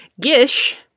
gish